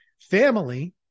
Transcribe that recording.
Family